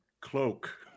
cloak